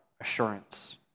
assurance